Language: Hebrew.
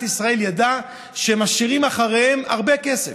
ישראל ידע שהם משאירים מאחוריהם הרבה כסף?